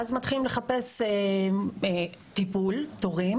ואז מתחילים לחפש תורים לטיפול.